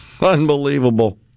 Unbelievable